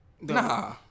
Nah